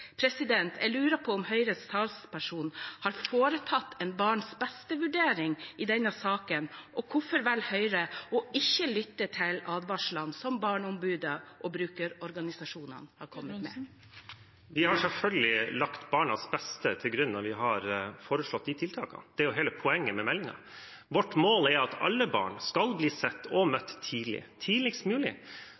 Jeg lurer på om Høyres talsperson har foretatt en barns beste-vurdering i denne saken. Og hvorfor velger Høyre ikke å lytte til advarslene som Barneombudet og brukerorganisasjonene har kommet med? Vi har selvfølgelig lagt barnas beste til grunn når vi har foreslått disse tiltakene. Det er jo hele poenget med meldingen. Vårt mål er at alle barn skal bli sett og møtt tidlig, tidligst mulig,